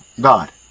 God